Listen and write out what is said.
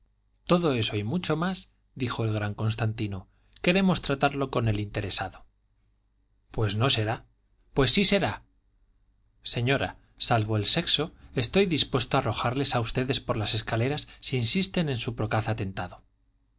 todo eso y mucho más dijo el gran constantino queremos tratarlo con el interesado pues no será pues sí será señora salvo el sexo estoy dispuesto a arrojarles a ustedes por las escaleras si insisten en su procaz atentado